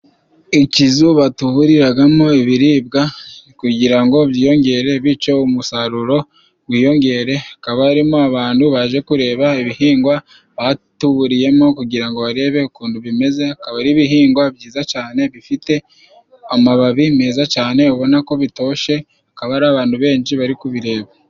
Ikizu batuburiragamo ibiribwa kugira ngo byiyongere, bityo umusaruro wiyongere. Hakaba harimo abantu baje kureba ibihingwa batuburiyemo kugira ngo barebe ukuntu bimeze, akaba ari ibihingwa byiza cyane, bifite amababi meza cyane ubona ko bitoshe, akaba ari abantu benshi bari kubireba.